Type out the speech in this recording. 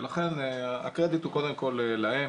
על כן הקרדיט הוא קודם כל להם,